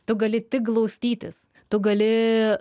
tu gali tik glaustytis tu gali